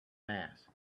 mass